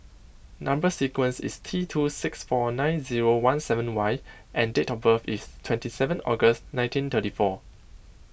Number Sequence is T two six four nine zero one seven Y and date of birth is twenty seven August nineteen thirty four